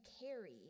carry